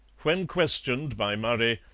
when questioned by murray,